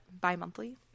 bi-monthly